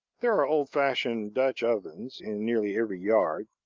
there are old-fashioned dutch ovens in nearly every yard,